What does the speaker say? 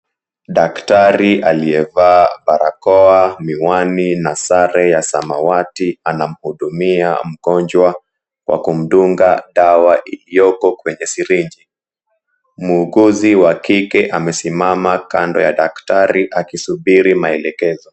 Daktari aliyevaa barakoa, miwani na sare ya samawati anamhudumia mgonjwa kwa kumdunga dawa iliyoko kwenye sirinji. Muuguzi wa kike amesimama kando ya daktari akisubiri maelekezo.